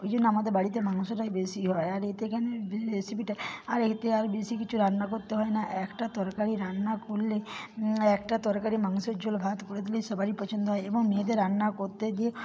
ওই জন্য আমাদের বাড়িতে মাংসটাই বেশি হয় আর এতে কিন রেসিপিটা আর এতে আর বেশি কিছু রান্না করতে হয় না একটা তরকারি রান্না করলেই একটা তরকারি মাংসের ঝোল ভাত করে দিলেই সবারই পছন্দ হয় এবং মেয়েদের রান্না করতে গিয়ে